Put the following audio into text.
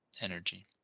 energy